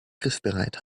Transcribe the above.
griffbereit